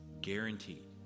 guaranteed